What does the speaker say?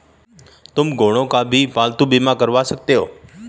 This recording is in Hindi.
तुम घोड़ों का भी पालतू बीमा करवा सकते हो